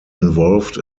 involved